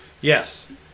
yes